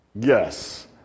Yes